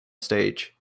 stage